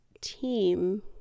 team